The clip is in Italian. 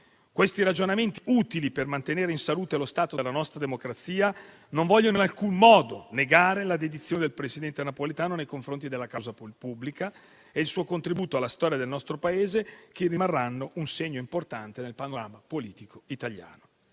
Questi ragionamenti utili per mantenere in salute lo stato della nostra democrazia non vogliono in alcun modo negare la dedizione del presidente Napolitano nei confronti della causa pubblica e il suo contributo alla storia del nostro Paese, che rimarranno un segno importante nel panorama politico italiano.